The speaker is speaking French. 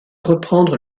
reprendre